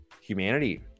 humanity